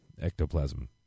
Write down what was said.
Ectoplasm